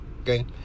okay